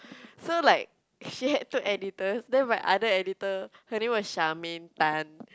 so like she had two editors then my other editor her name was Charmaine-Tan